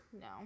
No